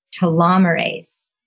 telomerase